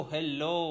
Hello